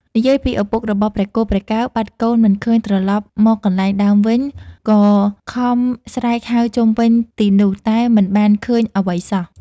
និយាយពីឪពុករបស់ព្រះគោ ព្រះកែវ បាត់កូនមិនឃើញត្រឡប់មកកន្លែងដើមវិញ ក៏ខំស្រែកហៅជុំវិញទីនោះ តែមិនបានឃើញអ្វីសោះ។